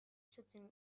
sitting